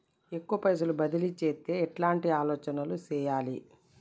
ఎక్కువ పైసలు బదిలీ చేత్తే ఎట్లాంటి ఆలోచన సేయాలి?